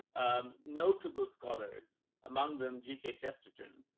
um, notable scholars among them, gk chesterton,